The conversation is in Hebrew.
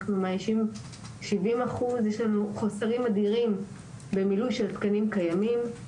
אנחנו מאיישים 70%. יש לנו חוסרים אדירים במילוי של תקנים קיימים.